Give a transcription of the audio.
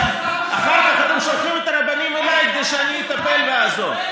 אחר כך אתם שולחים את הרבנים אליי כדי שאני אטפל ואעזור.